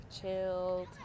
chilled